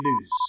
news